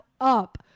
up